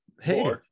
Hey